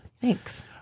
Thanks